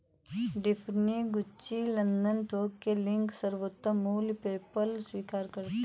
Tiffany, Gucci, London थोक के link, सर्वोत्तम मूल्य, पेपैल स्वीकार करते है